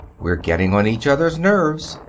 we're getting on each other's nerves.